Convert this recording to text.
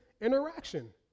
interaction